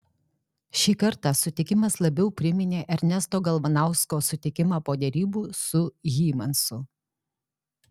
šį kartą sutikimas labiau priminė ernesto galvanausko sutikimą po derybų su hymansu